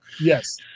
Yes